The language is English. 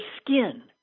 skin